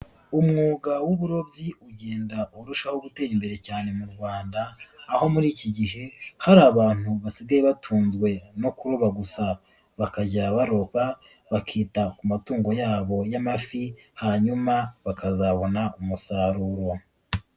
Umwuga w'uburobyi ugenda urushaho gutera imbere cyane mu Rwanda, aho muri iki gihe hari abantu basigaye batunzwe no kuroba gusa. Bakajya baroba, bakita ku matungo yabo y'amafi, hanyuma bakazabona umusaruro.